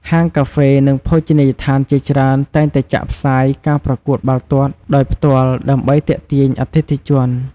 ហាងកាហ្វេ និងភោជនីយដ្ឋានជាច្រើនតែងតែចាក់ផ្សាយការប្រកួតបាល់ទាត់ដោយផ្ទាល់ ដើម្បីទាក់ទាញអតិថិជន។